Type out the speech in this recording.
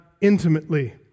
intimately